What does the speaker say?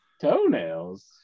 Toenails